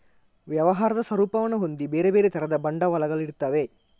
ವ್ಯವಹಾರದ ಸ್ವರೂಪವನ್ನ ಹೊಂದಿ ಬೇರೆ ಬೇರೆ ತರದ ಬಂಡವಾಳಗಳು ಇರ್ತವೆ